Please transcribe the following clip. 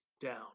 down